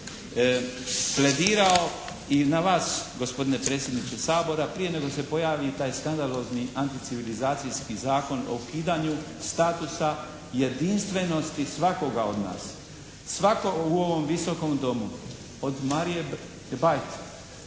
pledirao i na vas gospodine predsjedniče Sabora prije nego se pojavi taj skandalozni anticivilizacijski zakon o ukidanju statusa jedinstvenosti svakoga od nas. Svatko u ovom Visokom domu od Marije Bajt